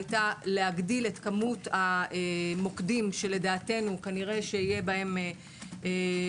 הייתה להגדיל את כמות המוקדים שלדעתנו כנראה יהיו בהם התרחשויות,